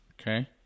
Okay